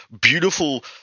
beautiful